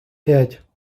пять